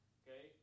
okay